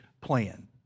plan